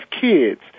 kids